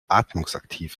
atmungsaktiv